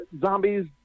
zombies